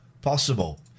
possible